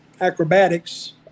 acrobatics